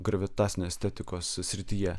gravitacinės estetikos srityje